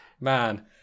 Man